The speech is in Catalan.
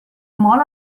mol